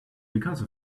because